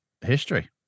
history